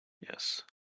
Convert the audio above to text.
Yes